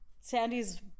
Sandy's